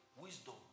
wisdom